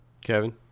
kevin